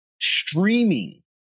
streaming